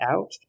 out